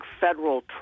federal